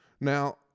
Now